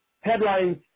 headlines